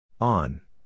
On